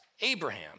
Abraham